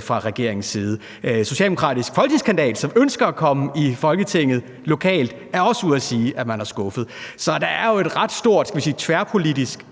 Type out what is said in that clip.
fra regeringens side, en socialdemokratisk folketingskandidat lokalt, som ønsker at komme i Folketinget, er også ude at sige, at man er skuffet. Så der er jo et ret stort, skal vi